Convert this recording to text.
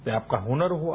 यह आपका हुनर हुआ